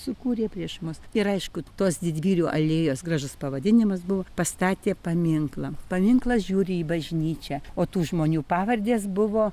sukūrė prieš mus ir aišku tos didvyrių alėjos gražus pavadinimas buvo pastatė paminklą paminklas žiūri į bažnyčią o tų žmonių pavardės buvo